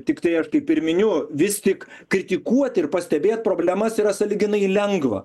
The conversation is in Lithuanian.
tiktai ar kaip ir miniu vis tik kritikuot ir pastebėt problemas yra sąlyginai lengva